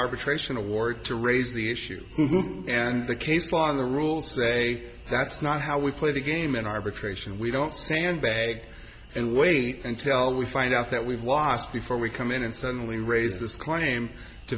arbitration award to raise the issue and the case law and the rules say that's not how we play the game in arbitration we don't stand back and wait until we find out that we've lost before we come in and suddenly raise this claim to